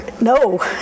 No